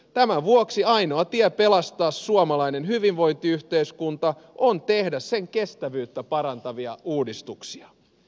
tämän vuoksi ainoa tie pelastaa suomalainen hyvinvointiyhteiskunta on tehdä sen kestävyyttä parantavia uudistuksia